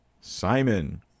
Simon